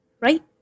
right